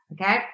okay